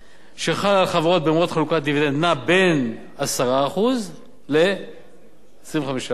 שחל על החברות במועד חלוקת דיבידנד נע בין 10% 25%. 25% יפה,